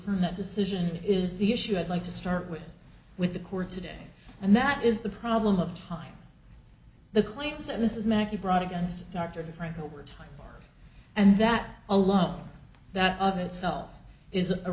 rm that decision is the issue i'd like to start with with the court today and that is the problem of time the claims that mrs mackey brought against dr de frank over time and that alone that of itself is a